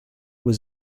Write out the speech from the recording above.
was